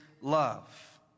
love